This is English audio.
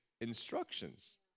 instructions